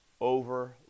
over